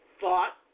thought